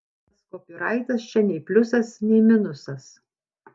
tas kopyraitas čia nei pliusas nei minusas